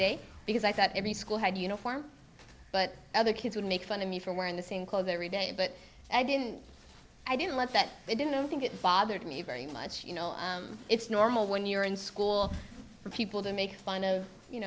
day because i thought every school had a uniform but other kids would make fun of me for wearing the same clothes every day but i didn't i didn't let that they didn't think it bothered me very much you know it's normal when you're in school for people to make fun of you